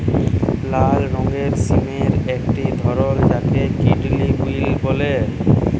লাল রঙের সিমের একটি ধরল যাকে কিডলি বিল বল্যে